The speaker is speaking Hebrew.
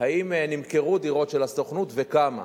אם נמכרו דירות של הסוכנות וכמה,